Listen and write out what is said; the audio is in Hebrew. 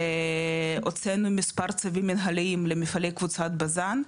והוצאנו מספר צווים מנהליים למפעלי קבוצת בזן,